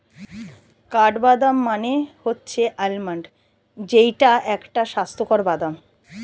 কাঠবাদাম মানে হচ্ছে আলমন্ড যেইটা একটি স্বাস্থ্যকর বাদাম